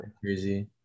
crazy